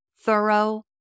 thorough